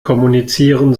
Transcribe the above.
kommunizieren